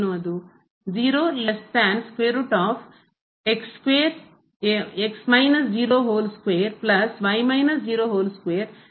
ಅದು ಅಥವಾ